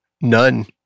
None